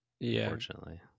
unfortunately